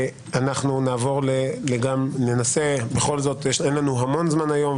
אין לנו המון זמן היום,